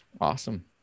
Awesome